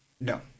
No